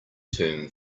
term